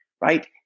right